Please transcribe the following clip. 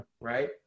Right